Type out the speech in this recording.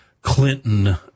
Clinton